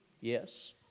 yes